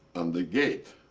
on the gate.